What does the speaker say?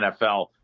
NFL